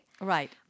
right